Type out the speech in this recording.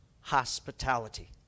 Hospitality